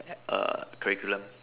err curriculum